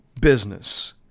business